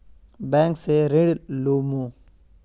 Bank से ऋण लुमू?